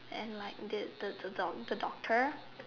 and like the the the do the doctor